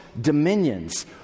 dominions